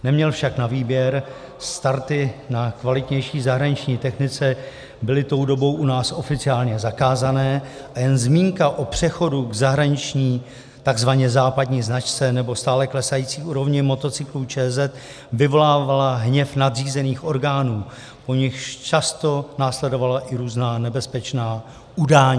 Neměl však na výběr, starty na kvalitnější zahraniční technice byly tou dobou u nás oficiálně zakázané a jen zmínka o přechodu k zahraniční tzv. západní značce nebo stále klesající úrovni motocyklů ČZ vyvolávala hněv nadřízených orgánů, po nichž často následovala i různá nebezpečná udání.